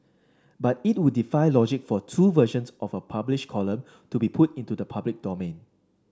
but it would defy logic for two versions of a published column to be put into the public domain